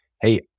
hey